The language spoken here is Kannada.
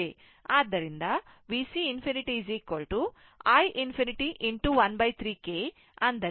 ಆದ್ದರಿಂದ VC ∞ i ∞13K ಅಂದರೆ 6 mA13K ಆಗಿರುತ್ತದೆ